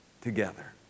Together